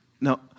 Now